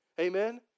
Amen